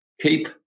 keep